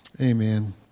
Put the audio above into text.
Amen